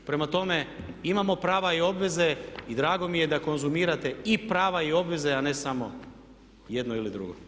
Prema tome, imamo prava i obveze i drago mi je da konzumirate i prava i obveze a ne samo jedno ili drugo.